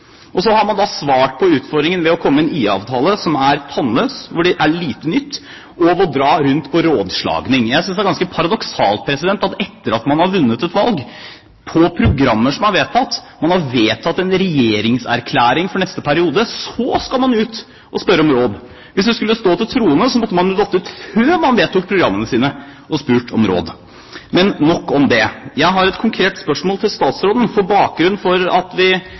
Og så har man svart på utfordringen med å komme med en IA-avtale som er tannløs – det er lite nytt – og å dra rundt på rådslagning. Jeg synes det er ganske paradoksalt at man etter å ha vunnet et valg på programmer som er vedtatt, og etter å ha vedtatt en regjeringserklæring for neste periode skal ut og spørre om råd. Hvis det skulle stå til troende, måtte man ha gått ut og spurt om råd før man vedtok programmene sine. Men nok om det. Jeg har et konkret spørsmål til statsråden, på bakgrunn av at vi